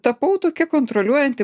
tapau tokia kontroliuojanti